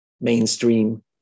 mainstream